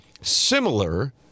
similar